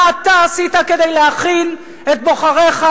מה אתה עשית כדי להכין את בוחריך,